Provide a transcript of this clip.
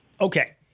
Okay